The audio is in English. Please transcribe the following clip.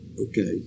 Okay